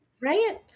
Right